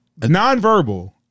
nonverbal